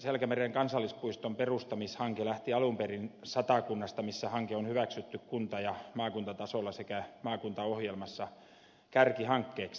selkämeren kansallispuiston perustamishanke lähti alun perin satakunnasta missä hanke on hyväksytty kunta ja maakuntatasolla sekä maakuntaohjelmassa kärkihankkeeksi